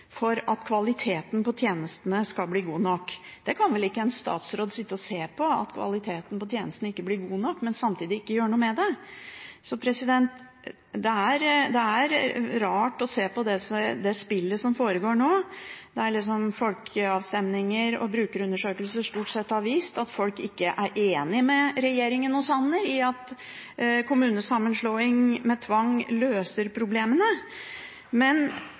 for at kvaliteten på tjenestene skal bli god nok. Det kan vel ikke en statsråd sitte og se på – at kvaliteten på tjenesten ikke blir god nok, men samtidig ikke gjøre noe med det? Det er rart å se på spillet som foregår nå. Det er folkeavstemninger og brukerundersøkelser som stort sett har vist at folk ikke er enig med regjeringen og Sanner i at kommunesammenslåing med tvang løser problemene.